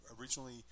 originally